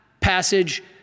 passage